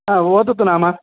हा वदतु नाम